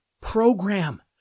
program